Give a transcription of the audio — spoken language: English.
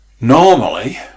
Normally